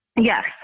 yes